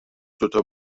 دوتا